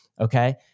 Okay